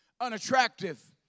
unattractive